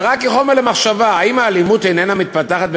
ורק כחומר למחשבה: האם האלימות איננה מתפתחת,